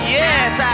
yes